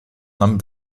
нам